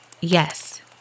Yes